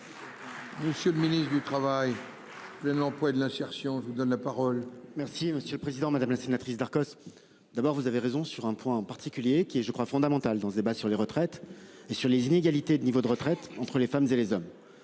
Monsieur le ministre du Travail, de l'Emploi et de l'insertion. Je vous donne la parole. Merci monsieur le président, madame la sénatrice Darcos. D'abord vous avez raison sur un point en particulier qui est je crois fondamental dans ce débat sur les retraites et sur les inégalités de niveau de retraite, entre les femmes et les hommes.